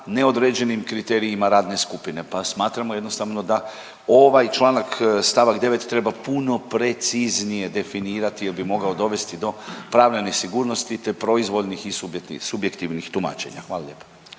neodređenim kriterijima radne skupine, pa smatramo jednostavno da ovaj članak st. 9. treba puno preciznije definirati jel bi mogao dovesti do pravne nesigurnosti te proizvoljnih i subjektivnih tumačenja. Hvala lijepa.